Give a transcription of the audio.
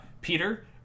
Peter